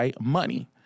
money